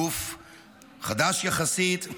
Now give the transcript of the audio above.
גוף חדש יחסית,